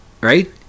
Right